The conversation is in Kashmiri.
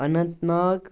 اَنَنت ناگ